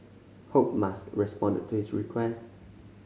hope Musk responded to his request